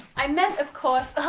i meant of course. blah.